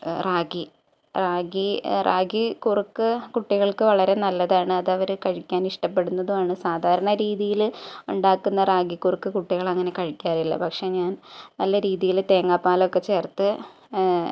റാഗി റാഗി റാഗി കുറുക്ക് കുട്ടികൾക്ക് വളരെ നല്ലതാണ് അതവർ കഴിക്കാനിഷ്ടപ്പെടുന്നതു മായ സാധാരണ രീതീല് ഉണ്ടാക്കുന്ന റാഗി കുറുക്ക് കുട്ടികളങ്ങനെ കഴിക്കാറില്ല പക്ഷെ ഞാൻ നല്ല രീതിയിൽ തേങ്ങപ്പാലൊക്കെ ചേർത്ത്